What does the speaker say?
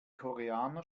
koreaner